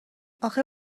اخه